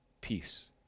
peace